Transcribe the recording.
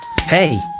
Hey